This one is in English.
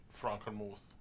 Frankenmuth